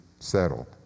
settled